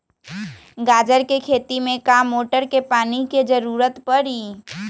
गाजर के खेती में का मोटर के पानी के ज़रूरत परी?